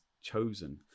chosen